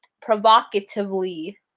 provocatively